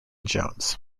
jones